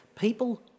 people